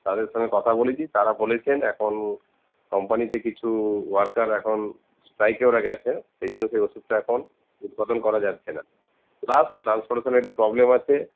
তাদের সঙ্গে কথা বলেছি তারা বলেছেন এখন কোম্পানিতে কিছু ওয়ার্কার এখন স্ট্রাইকে ওরা গেছে সেই জন্য সেই ওষুধটা এখন উৎপাদন করা যাচ্ছেনা প্লাস ট্রান্সপোর্টেশনের একটু প্রবলেম আছে